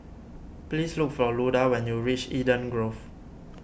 please look for Luda when you reach Eden Grove